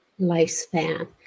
lifespan